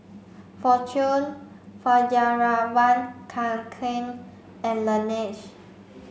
Fortune Fjallraven Kanken and Laneige